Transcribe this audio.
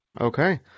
Okay